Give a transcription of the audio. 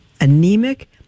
anemic